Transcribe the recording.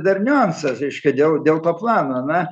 dar niuansas reiškia dėl dėl to plano na